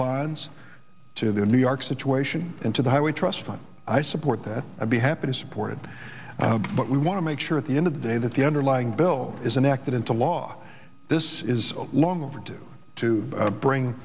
bonds to the new york situation into the highway trust fund i support that i'd be happy to support it but we want to make sure at the end of the day that the underlying bill is an act into law this is long overdue to bring